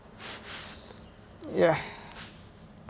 ya